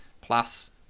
plus